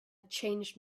changed